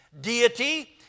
deity